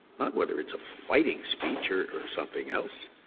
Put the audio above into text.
not whether it's a fighting speech or or something else,